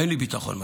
אין לי ביטחון מלא.